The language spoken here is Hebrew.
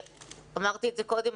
אמרתי את זה קודם,